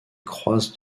croisent